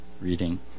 reading